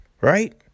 right